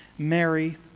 Mary